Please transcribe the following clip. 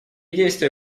действия